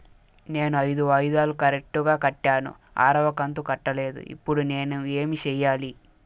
నేను ఐదు వాయిదాలు కరెక్టు గా కట్టాను, ఆరవ కంతు కట్టలేదు, ఇప్పుడు నేను ఏమి సెయ్యాలి?